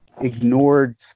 ignored